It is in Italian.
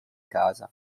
casa